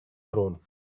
thrown